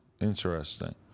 Interesting